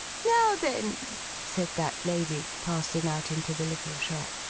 now then said that lady, passing out into the little shop.